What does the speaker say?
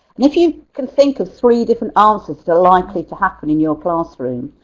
if you can think of three different answers to likely to happen in your classroom,